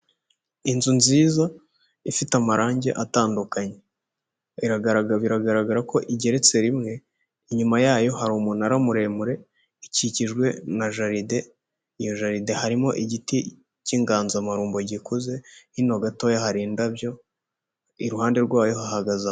Inzu nziza ifite amarangi atandukanye, biragaragara ko igeretse rimwe, inyuma yayo hari umunara muremure ikikijwe na jaride, harimo igiti cy'inganzamarumbo, gikuze hino gatoya hari indabyo iruhande rwayo hahagaze abantu.